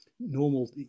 normal